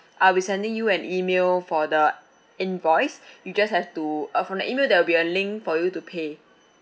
I'll be sending you an email for the invoice you just have to uh from the email there will be a link for you to pay